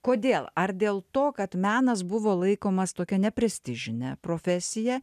kodėl ar dėl to kad menas buvo laikomas tokia neprestižine profesija